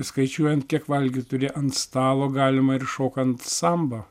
skaičiuojant kiek valgyt turi ant stalo galima ir šokant sambą